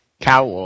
Cow